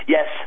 Yes